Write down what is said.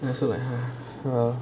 that's so like !huh! !whoa!